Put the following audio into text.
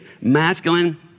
masculine